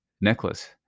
necklace